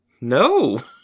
No